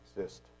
exist